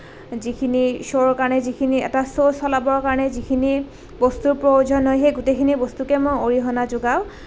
যিখিনি শ্ব'ৰ কাৰণে যিখিনি এটা শ্ব' চলাবৰ কাৰণে যিখিনি বস্তুৰ প্ৰয়োজন হয় সেই গোটেইখিনি বস্তুকে মই অৰিহণা যোগাওঁ